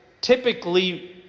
typically